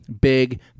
big